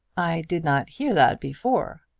i did not hear that before.